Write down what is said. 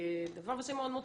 כנושא מאוד חשוב.